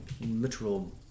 literal